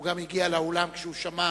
הוא גם הגיע לאולם כשהוא שמע